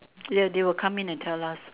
ya they will come in and tell us